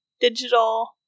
digital